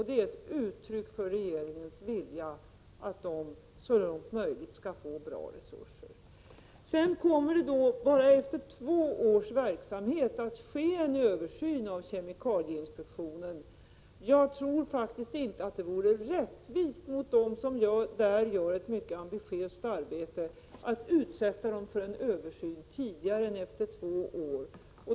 Det är ett uttryck för regeringens vilja att man så långt som möjligt skall få bra resurser. Efter bara två års verksamhet kommer det att ske en översyn av kemikalieinspektionen. Jag tror faktiskt inte att det vore rättvist mot dem som där gör ett mycket ambitiöst arbete att utsätta dem för en översyn tidigare än efter två år.